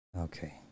Okay